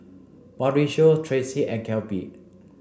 Mauricio Tracy and Kelby